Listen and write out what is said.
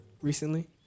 recently